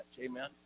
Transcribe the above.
amen